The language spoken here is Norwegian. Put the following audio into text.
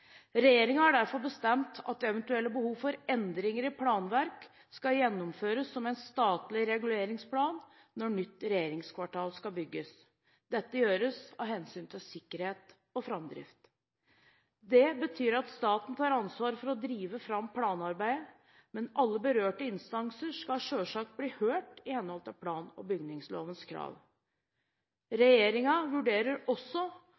har derfor bestemt at eventuelle behov for endringer i planverk skal gjennomføres som en statlig reguleringsplan når nytt regjeringskvartal skal bygges. Dette gjøres av hensyn til sikkerhet og framdrift. Det betyr at staten tar ansvar for å drive fram planarbeidet, men alle berørte instanser skal selvsagt bli hørt i henhold til plan- og bygningslovens krav. Regjeringen vurderer også